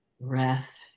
breath